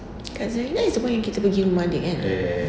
kak zarina is the one yang kita pergi rumah dia kan